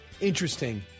interesting